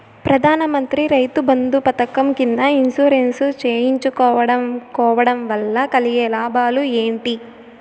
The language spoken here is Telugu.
ప్రధాన మంత్రి రైతు బంధు పథకం కింద ఇన్సూరెన్సు చేయించుకోవడం కోవడం వల్ల కలిగే లాభాలు ఏంటి?